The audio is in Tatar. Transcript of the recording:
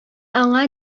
аңа